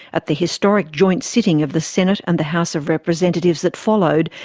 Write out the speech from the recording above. at the historic joint sitting of the senate and the house of representatives that followed,